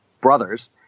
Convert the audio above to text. brothers